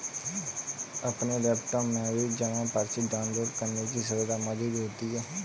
अपने लैपटाप में भी जमा पर्ची डाउनलोड करने की सुविधा मौजूद होती है